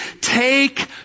take